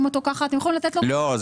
אותו ככה אתם יכולים לתת לו --- לא,